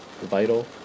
vital